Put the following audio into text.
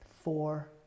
four